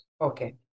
okay